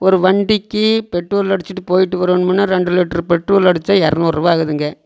ஒரு வண்டிக்கு பெட்ரோல் அடித்துட்டு போய்ட்டு வரணுமுன்னால் ரெண்டு லிட்டர் பெட்ரோல் அடித்தா இரநூறுவா ஆகுதுங்க